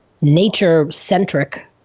nature-centric